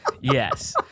Yes